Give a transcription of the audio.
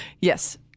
Yes